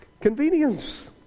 Convenience